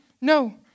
No